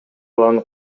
баланы